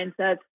mindsets